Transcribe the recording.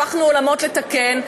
הפכנו עולמות כדי לתקן.